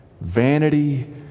Vanity